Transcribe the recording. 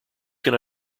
can